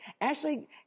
Ashley